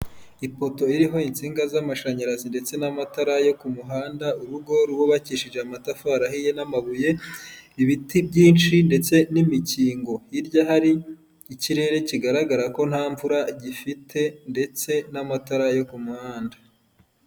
Ipoto iriho insinga z'amashanyarazi ndetse n'amatara yo ku muhanda, urugo rwubakishije amatafari ahiye n'amabuye, ibiti byinshi ndetse n'imikingo. Hirya hari ikirere kigaragara ko nta mvura gifite ndetse n'amatara yo ku muhanda.